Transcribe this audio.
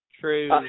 true